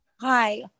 hi